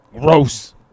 Gross